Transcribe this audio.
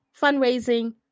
fundraising